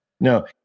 No